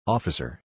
Officer